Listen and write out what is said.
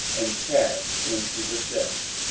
and cast into the chest,